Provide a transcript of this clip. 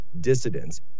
dissidents